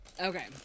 okay